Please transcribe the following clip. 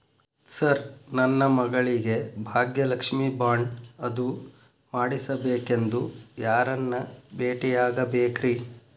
Sir ನನ್ನ ಮಗಳಿಗೆ Bhagyalakshmi bond ಅದು ಮಾಡಿಸಬೇಕೆಂದು ಯಾರನ್ನ ಭೇಟಿಯಾಗಬೇಕ್ರಿ?